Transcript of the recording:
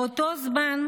באותו זמן,